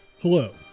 Hello